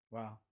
Wow